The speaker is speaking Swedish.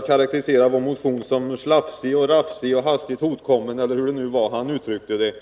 karakteriserar vår motion som slafsig, rafsig, hastigt hopkommen eller hur han nu uttryckte det.